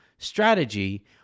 strategy